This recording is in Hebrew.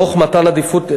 תוך מתן עדיפות,